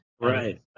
right